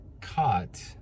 caught